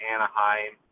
Anaheim